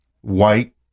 White